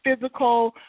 physical